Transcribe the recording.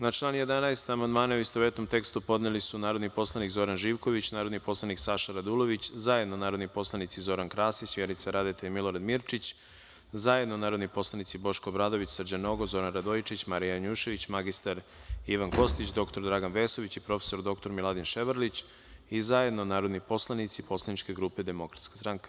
Na član 11. amandmane, u istovetnom tekstu, podneli su narodni poslanik Zoran Živković, narodni poslanik Saša Radulović, zajedno narodni poslanici Zoran Krasić, Vjerica Radeta i Milorad Mirčić, zajedno narodni poslanici Boško Obradović, Srđan Nogo, Zoran Radojičić, Marija Janjušević, mr Ivan Kostić, dr Dragan Vesović i prof. dr Miladin Ševarlić, i zajedno narodni poslanici Poslaničke grupe Demokratska stranka.